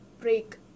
break